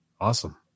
Awesome